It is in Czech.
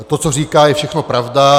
To, co říká, je všechno pravda.